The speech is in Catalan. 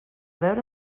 veure